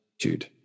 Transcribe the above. attitude